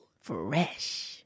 Fresh